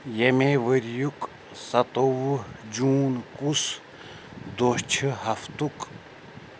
ییٚمِے ؤرۍ یُک سَتووُہ جوٗن کُس دۄہ چھ ہفتُک ؟